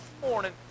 morning